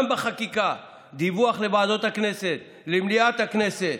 גם בחקיקה, דיווח לוועדות הכנסת, למליאת הכנסת,